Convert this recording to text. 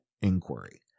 inquiry